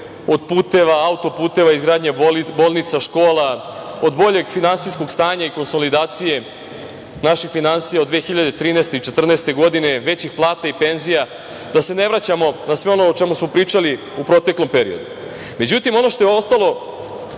puteva, auto-puteva, izgradnje bolnica, škola, od boljeg finansijskog stanja i konsolidacije naših finansija od 2013. i 2014. godine, većih plata i penzija, da se ne vraćamo na sve ono o čemu smo pričali u proteklom periodu.Međutim, ono što je ostalo